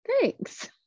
thanks